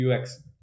UX